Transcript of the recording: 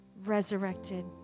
resurrected